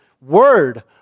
word